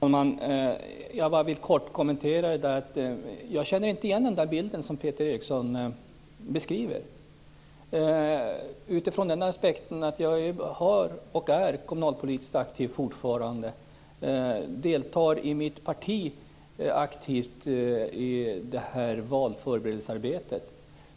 Fru talman! Jag vill bara kort kommentera den bild som Peter Eriksson beskriver. Jag är fortfarande kommunalpolitiskt aktiv och deltar aktivt i valförberedelsearbetet.